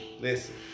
Listen